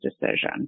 decision